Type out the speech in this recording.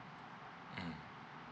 mm